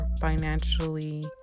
financially